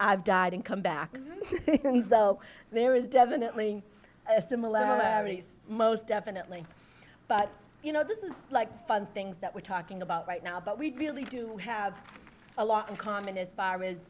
i've died and come back so there is definitely a similarity most definitely but you know this is like fun things that we're talking about right now but we really do have a lot in common as as far